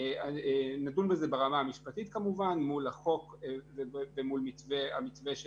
נדון בזה ברמה המשפטית כמובן מול החוק ומול המתווה של